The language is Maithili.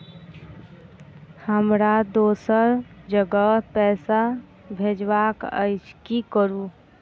हमरा दोसर जगह पैसा भेजबाक अछि की करू?